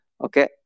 Okay